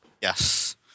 Yes